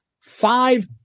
five